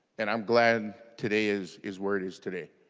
and i'm glad and today is is where it is today.